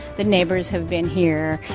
the neighbors have been here.